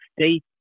state